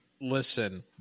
listen